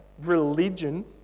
religion